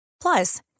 Plus